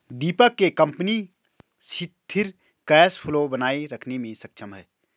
दीपक के कंपनी सिथिर cash flow बनाए रखने मे सक्षम है